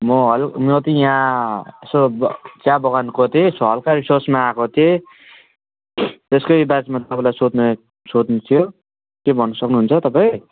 म हल् म चाहिँ यहाँ यसो चिया बगानको चाहिँ यसो हल्का रिसर्चमा आएको थिएँ त्यसकैबारेमा तपाईँलाई सोध्ने सोध्नु थियो के भन्नु सक्नुहुन्छ तपाईँ